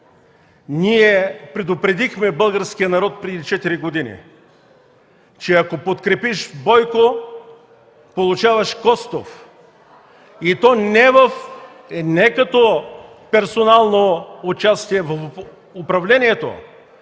ние предупредихме българския народ преди четири години, че „Ако подкрепиш Бойко – получаваш Костов” и то не като персонално участие в управлението,